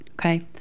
Okay